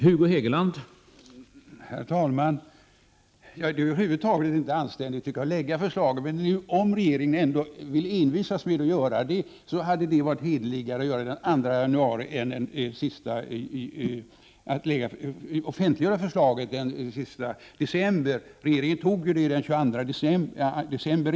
Herr talman! Jag tycker att det över huvud taget inte är anständigt att lägga fram förslaget. Om regeringen ändå vill envisas med att göra det hade det 69 varit hederligare att offentliggöra förslaget den 2 januari än att göra det den sista december. Regeringen fattade ju beslutet redan den 22 december.